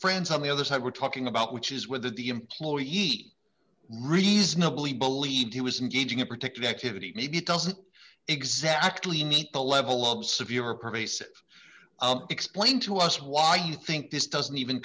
friends on the other side were talking about which is whether the employee reasonably believed he was engaging in particular activity maybe it doesn't exactly meet the level of severe or pervasive explain to us why you think this doesn't even